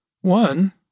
One